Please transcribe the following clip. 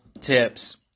tips